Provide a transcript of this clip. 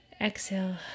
exhale